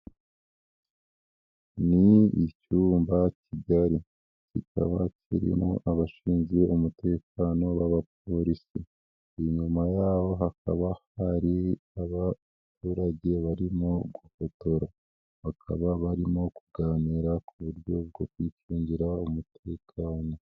Ni icyumba kigari kikaba kirimo abashinzwe umutekano b'abapolisi. Inyuma yabo hakaba hari abaturage barimo gufotora, bakaba barimo kuganira ku buryo bwo kwicungira umutekano.